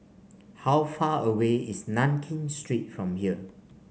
how far away is Nankin Street from here